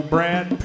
Brad